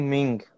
Ming